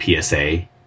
PSA